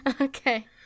Okay